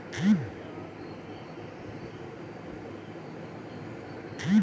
सफल सबमिशन पर अहां कें अस्थायी यूजरनेम देखायत आ पासवर्ड बनबै लेल कहल जायत